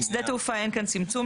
שדה תעופה אין כאן צמצום.